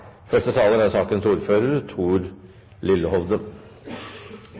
Første taler burde normalt vært sakens ordfører,